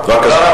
בבקשה.